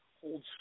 hold